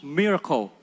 miracle